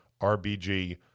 RBG